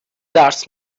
درس